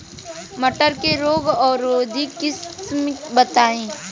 मटर के रोग अवरोधी किस्म बताई?